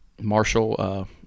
Marshall